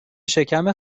شکم